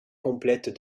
complète